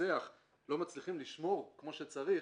פיסח לא מצליחים לשמור כמו שצריך,